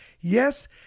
Yes